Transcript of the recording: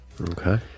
Okay